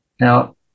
now